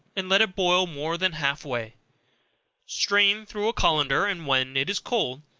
and let it boil more than half away strain through a colander, and when it is cold,